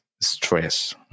stress